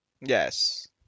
Yes